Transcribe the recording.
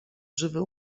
żywy